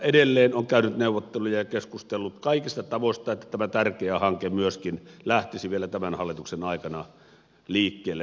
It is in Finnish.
valiokunta on edelleen käynyt neuvotteluja ja keskustellut kaikista tavoista niin että tämä tärkeä hanke myöskin lähtisi vielä tämän hallituksen aikana liikkeelle